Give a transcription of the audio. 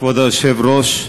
כבוד היושב-ראש,